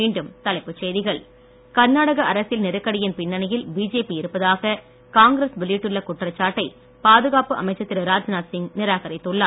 மீண்டும் தலைப்புச் செய்திகள் பிஜேபி கர்நாடக அரசியல் நெருக்கடியின் பின்னணியில் இருப்பதாக காங்கிரஸ் வெளியிட்டுள்ள குற்றச்சாட்டை பாதுகாப்பு அமைச்சர் திரு ராஜ்நாத் சிங் மறுத்துள்ளார்